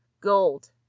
Gold